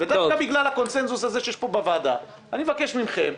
דווקא בגלל הקונצנזוס הזה שיש פה בוועדה אני מבקש מכם,